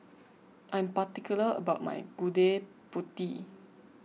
I am particular about my Gudeg Putih